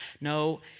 No